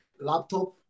laptop